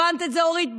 הבנת את זה, אורית?